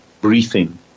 briefing